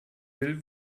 will